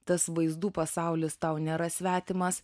tas vaizdų pasaulis tau nėra svetimas